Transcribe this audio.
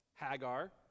hagar